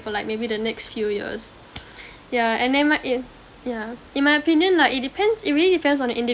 for like maybe the next few years yeah and then my in yeah in my opinion lah it depends it really depends on the individual's